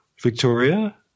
Victoria